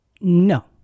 No